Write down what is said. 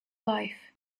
life